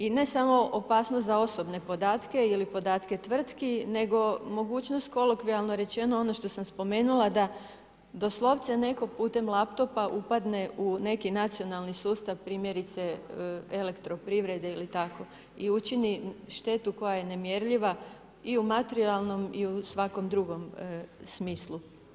I ne samo opasnost za osobne podatke ili podatke tvrtki, nego mogućnost kolokvijalno rečeno ono što sam spomenula da doslovce netko putem lap-topa upadne u neki nacionalni sustav, primjerice elektroprivrede ili tako i učini štetu koja je nemjerljiva i u materijalnom i u svakom drugom smislu.